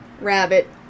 Rabbit